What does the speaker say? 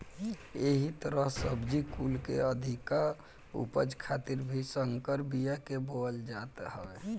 एही तहर सब्जी कुल के अधिका उपज खातिर भी संकर बिया के बोअल जात हवे